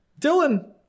Dylan